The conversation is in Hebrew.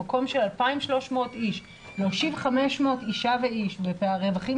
במקום של 2,300 איש להושיב 500 אישה ואיש ברווחים